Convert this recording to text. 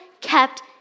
kept